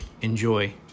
enjoy